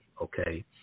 okay